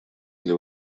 для